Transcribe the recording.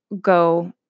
go